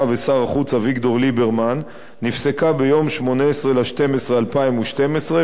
ושר החוץ אביגדור ליברמן נפסקה ביום 18 בדצמבר 2012,